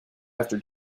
after